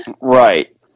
Right